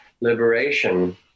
liberation